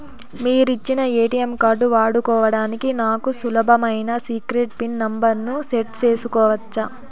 మీరిచ్చిన కొత్త ATM card వాడుకోవడానికి నాకు సులభమైన సీక్రెట్ పిన్ నెంబర్ ను సెట్ సేసుకోవచ్చా?